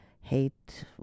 hate